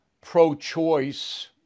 pro-choice